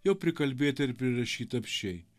jau prikalbėta ir prirašyta apsčiai